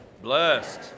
Blessed